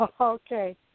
Okay